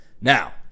Now